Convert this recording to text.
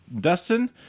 Dustin